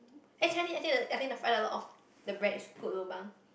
actually I think I I find a lot of the bread is good lobang